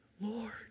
Lord